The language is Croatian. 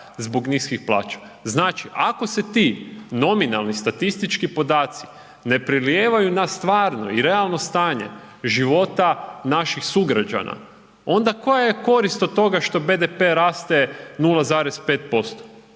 zbog niskih plaća. Znači, ako se ti nominalni statistički podaci ne prelijevaju na stvarno i realno stanje života naših sugrađana, onda koja je korist od toga što BDP raste 0,5%